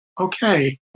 okay